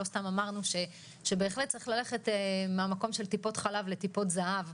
לא סתם אמרנו שבהחלט צריך ללכת מהמקום של טיפות חלב לטיפות זהב,